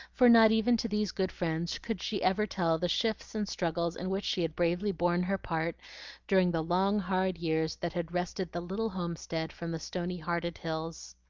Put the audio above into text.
for not even to these good friends could she ever tell the shifts and struggles in which she had bravely borne her part during the long hard years that had wrested the little homestead from the stony-hearted hills.